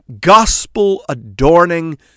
gospel-adorning